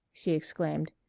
she exclaimed.